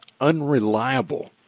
unreliable